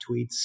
tweets